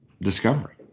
Discovery